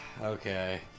Okay